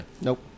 Nope